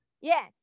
Yes